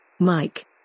mike